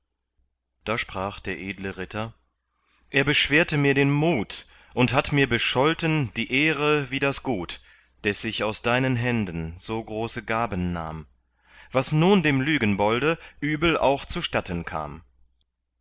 da sprach der edle ritter er beschwerte mir den mut und hat mir bescholten die ehre wie das gut des ich aus deinen händen so große gaben nahm was nun dem lügenbolde übel auch zustatten kam